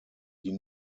die